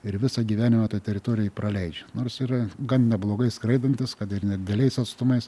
ir visą gyvenimą toj teritorijoj praleidžia nors yra gan neblogai skraidantis kad ir nedideliais atstumais